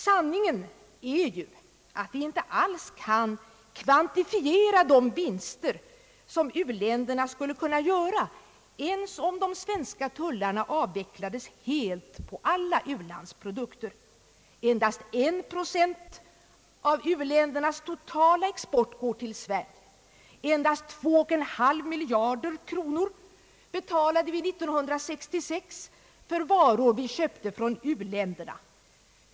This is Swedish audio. Sanningen är ju att vi inte alls kan kvantifiera de vinster som u-länderna skulle kunna göra ens om de svenska tullarna avvecklades helt på alla ulandsprodukter. Endast 1 procent av u-ländernas totala export går till Sverige. Endast 2,5 miljarder kronor betalade vi 1966 för varor som vi köpte från u-länderna.